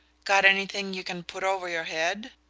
got anything you can put over your head?